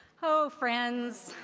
oh, friends.